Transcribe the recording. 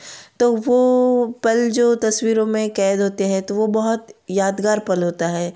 तो वह पल जो तस्वीरों में कैद होते हैं तो वह बहुत यादगार पल होता है